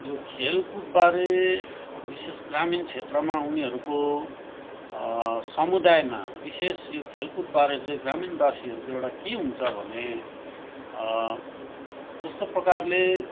यो खेलकुदबारे विशेष ग्रामीण क्षेत्रमा उनीहरूको समुदायमा विशेष यो खेलकुदबारे चाहिँ ग्रामीणवासीहरूको एउटा के हुन्छ भने जस्तो प्रकारले